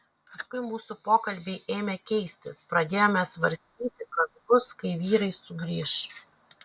paskui mūsų pokalbiai ėmė keistis pradėjome svarstyti kas bus kai vyrai sugrįš